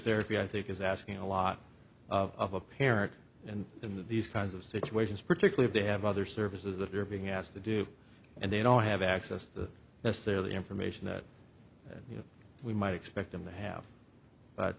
therapy i think is asking a lot of a parent and in that these kinds of situations particularly they have other services that they're being asked to do and they don't have access to necessarily information that you know we might expect them to have but